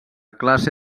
classe